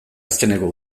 azkeneko